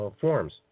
forms